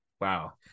Wow